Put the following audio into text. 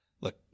look